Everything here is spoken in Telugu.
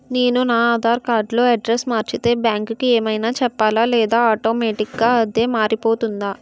నేను నా ఆధార్ కార్డ్ లో అడ్రెస్స్ మార్చితే బ్యాంక్ కి ఏమైనా చెప్పాలా లేదా ఆటోమేటిక్గా అదే మారిపోతుందా?